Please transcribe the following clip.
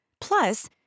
Plus